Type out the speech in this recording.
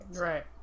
Right